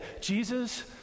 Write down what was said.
Jesus